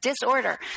disorder